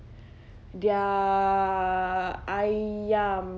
their ayam